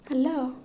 hello